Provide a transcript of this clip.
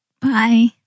Bye